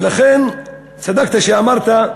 ולכן, צדקת כשאמרת: